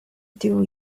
tiu